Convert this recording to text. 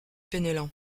penellan